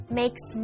makes